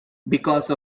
because